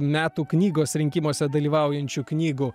metų knygos rinkimuose dalyvaujančių knygų